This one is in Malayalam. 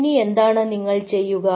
ഇനി എന്താണ് നിങ്ങൾ ചെയ്യുക